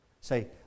Say